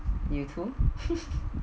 you too